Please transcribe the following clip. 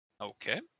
Okay